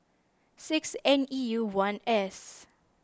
six N E U one S